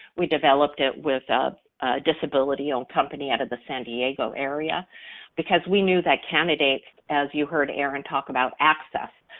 we developed it with a disability-owned company out of the san diego area because we knew that candidates, as you heard aaron talk about access,